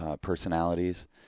personalities